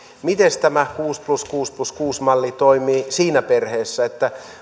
miten tämä kuusi plus kuusi plus kuusi malli toimii siinä perheessä